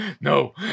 no